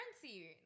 currency